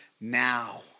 now